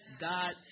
God